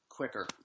quicker